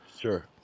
Sure